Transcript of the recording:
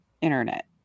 internet